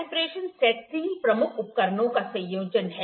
combination set तीन प्रमुख उपकरणों का संयोजन है